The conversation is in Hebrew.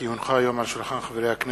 כי הונחה היום על שולחן הכנסת,